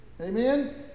Amen